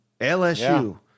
LSU